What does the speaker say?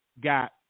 got